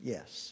Yes